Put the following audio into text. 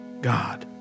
God